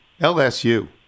lsu